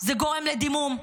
זה גורם לדימום.